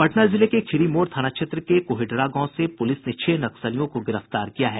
पटना जिले के खिड़ी मोड़ थाना क्षेत्र के कोडिहरा गांव से पुलिस ने छह नक्सलियों को गिरफ्तार किया है